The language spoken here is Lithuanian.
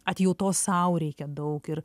atjautos sau reikia daug ir